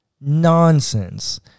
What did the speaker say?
Nonsense